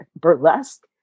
burlesque